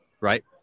right